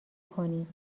کنید